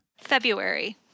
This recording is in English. February